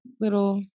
little